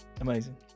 Amazing